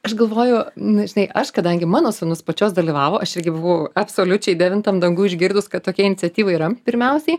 aš galvoju nu žinai aš kadangi mano sūnus pačios dalyvavo aš irgi buvau absoliučiai devintam danguj išgirdus kad tokia iniciatyva yra pirmiausiai